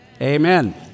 Amen